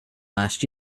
last